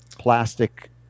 Plastic